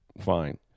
fine